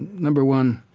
number one,